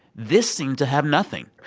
this seemed to have nothing,